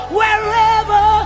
wherever